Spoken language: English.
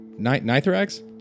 Nithrax